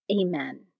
Amen